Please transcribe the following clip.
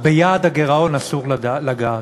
ביעד הגירעון אסור לגעת.